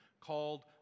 called